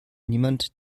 niemand